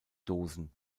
dosen